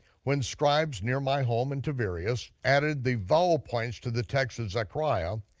when scribes near my home in tiberius added the vowel points to the texts of zechariah,